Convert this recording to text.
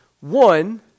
One